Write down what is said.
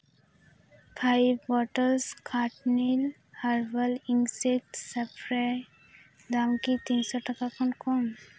five bottles ᱠᱷᱟᱴ milk herbal insect spray ᱫᱟᱢ ᱠᱤ ᱛᱤᱱ ᱥᱚ ᱴᱟᱠᱟ ᱠᱷᱚᱱ ᱠᱚᱢ